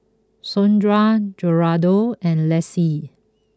Sondra Geraldo and Lacey